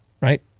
right